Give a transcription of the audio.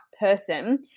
person